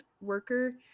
worker